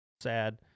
sad